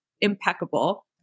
impeccable